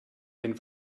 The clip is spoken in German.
den